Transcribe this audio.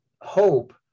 hope